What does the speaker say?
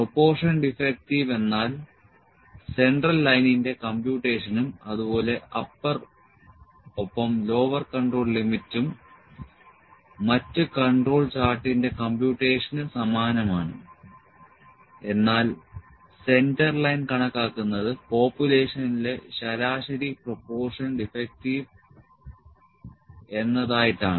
proportion defective എന്നാൽ central ലൈനിന്റെ കമ്പ്യൂട്ടഷനും അതുപോലെ അപ്പർ ഒപ്പം ലോവർ കൺട്രോൾ ലിമിറ്റും മറ്റ് കൺട്രോൾ ചാർട്ടിന്റെ കമ്പ്യൂട്ടേഷന് സമാനമാണ് എന്നാൽ സെന്റർലൈൻ കണക്കാക്കുന്നത് പോപുലേഷനിലെ ശരാശരി പ്രൊപോർഷൻ ഡിഫെക്ടിവ് എന്നതായിട്ടാണ്